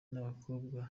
n’abakobwa